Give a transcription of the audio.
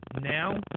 now